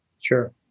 Sure